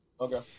Okay